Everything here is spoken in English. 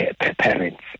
parents